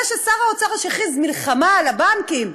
זה ששר האוצר, שהכריז מלחמה על הבנקים,